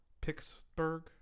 Pittsburgh